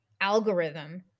algorithm